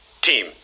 team